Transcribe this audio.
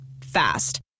fast